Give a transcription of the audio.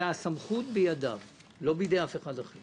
שהסמכות בידיו, לא בידי אף אחד אחר